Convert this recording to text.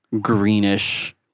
greenish